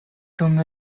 dum